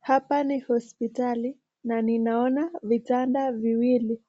Hapa ni hospitali na naona vitanda viwili